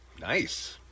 Nice